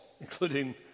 including